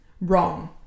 wrong